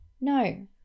No